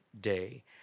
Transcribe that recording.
day